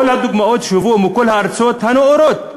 כל הדוגמאות שהובאו מכל הארצות הנאורות,